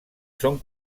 són